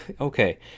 okay